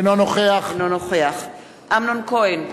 אינו נוכח אמנון כהן,